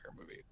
movie